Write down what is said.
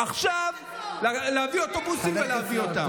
עכשיו להביא אוטובוסים ולהביא אותם.